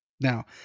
Now